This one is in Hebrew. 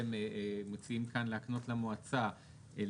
שאתם מוציאים כאן להקנות למועצה היא לשנות,